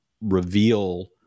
reveal